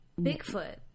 bigfoot